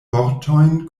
vortojn